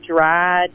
dried